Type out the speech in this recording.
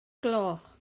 gloch